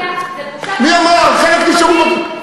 זה בושה וחרפה,